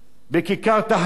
בכיכר תחריר.